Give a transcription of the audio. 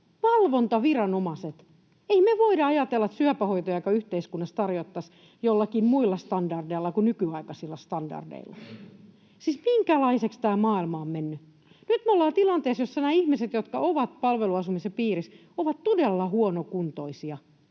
Valvontaviranomaiset. Ei me voida ajatella, että syöpähoitojakaan yhteiskunnassa tarjottaisiin joillakin muilla standardeilla kuin nykyaikaisilla standardeilla. Siis minkälaiseksi tämä maailma on mennyt? Nyt me ollaan tilanteessa, jossa nämä ihmiset, jotka ovat palveluasumisen piirissä, ovat todella huonokuntoisia.